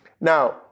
Now